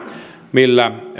millä